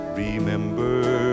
remember